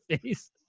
face